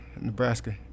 nebraska